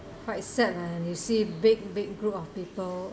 quite sad lah and you see big big group of people